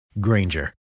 Granger